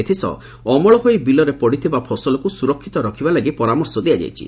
ଏଥିସହ ଅମଳ ହୋଇ ବିଲରେ ପଡ଼ିଥିବା ଫସଲକୁ ସ୍ବରକିତ ରଖିବା ଲାଗି ପରାମର୍ଶ ଦିଆଯାଇଛି